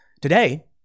Today